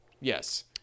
Yes